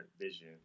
vision